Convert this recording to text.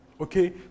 Okay